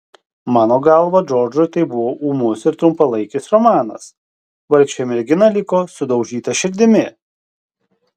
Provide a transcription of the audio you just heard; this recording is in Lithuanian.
mano galva džordžui tai buvo ūmus ir trumpalaikis romanas vargšė mergina liko sudaužyta širdimi